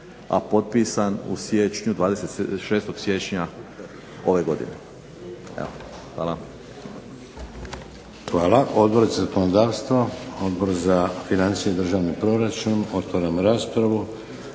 a potpisan u siječnju 26. siječnja ove godine.